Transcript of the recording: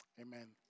Amen